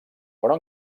però